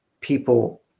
people